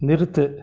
நிறுத்து